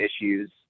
issues